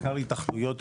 בעיקר התאחדויות עולים,